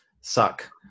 suck